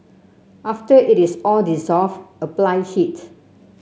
after it is all dissolved apply heat